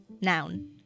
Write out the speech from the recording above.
Noun